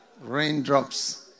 raindrops